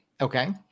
Okay